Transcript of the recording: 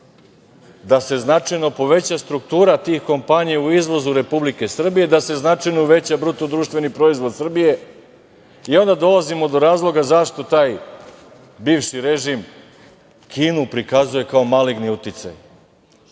da se značajno poveća struktura tih kompanija u izvozu Republike Srbije i da se značajno uveća BDP Srbije i onda dolazimo do razloga zašto taj bivši režim Kinu prikazuje, kao maligni uticaj.